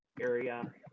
area